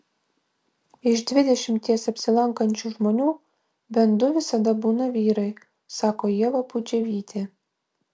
iš dvidešimties apsilankančių žmonių bent du visada būna vyrai sako ieva pudževytė